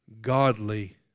godly